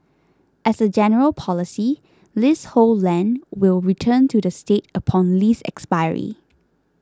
as a general policy leasehold land will return to the state upon lease expiry